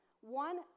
one